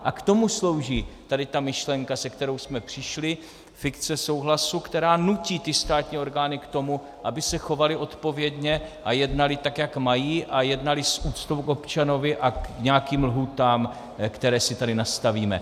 A k tomu slouží myšlenka, se kterou jsme přišli, fikce souhlasu, která nutí státní orgány k tomu, aby se chovaly odpovědně a jednaly tak, jak mají, a jednaly s úctou k občanovi a k nějakým lhůtám, které si tady nastavíme.